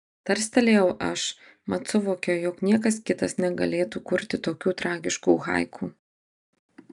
tarstelėjau aš mat suvokiau jog niekas kitas negalėtų kurti tokių tragiškų haiku